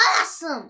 Awesome